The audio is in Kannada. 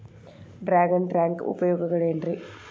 ಡ್ರ್ಯಾಗನ್ ಟ್ಯಾಂಕ್ ಉಪಯೋಗಗಳೆನ್ರಿ?